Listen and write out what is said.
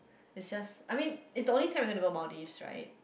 it's just I mean it's the only time we going to go Maldives right